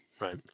Right